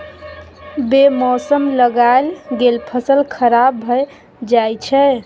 बे मौसम लगाएल गेल फसल खराब भए जाई छै